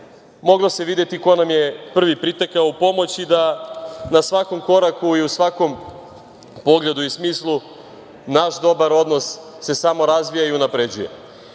moglo se videti ko nam je prvi pritekao u pomoć i da na svakom koraku i u svakom pogledu i smislu naš dobar odnos se samo razvija i unapređuje. Uveren